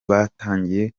batangiye